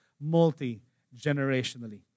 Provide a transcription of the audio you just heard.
multi-generationally